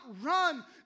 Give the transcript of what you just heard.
run